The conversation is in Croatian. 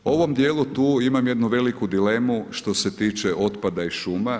U ovom dijelu tu imam jednu veliku dilemu što se tiče otpada iz šuma.